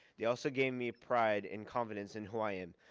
they also gave me pride and confidence in who i am.